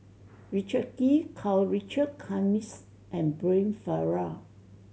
Richard Kee Karl Richard Hanitsch and Brian Farrell